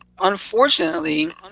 unfortunately